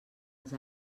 els